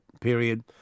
period